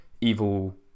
evil